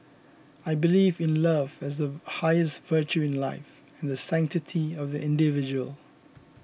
I believe in love as the highest virtue in life and the sanctity of the individual